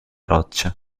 roccia